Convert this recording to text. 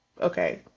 Okay